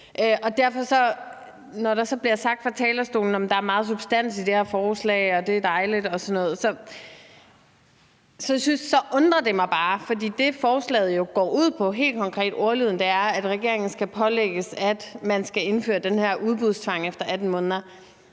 de her ting. Men når der bliver sagt fra talerstolen, at der er meget substans i det her forslag, og at det er dejligt og sådan noget, så undrer det mig bare, for det, som forslaget jo går ud på, altså den konkrete ordlyd, er, at regeringen pålægges at indføre den her udbudstvang efter 18 måneder.